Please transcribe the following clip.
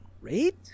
great